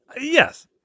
Yes